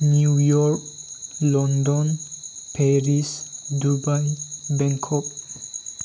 New York London Paris Dubai Bangkok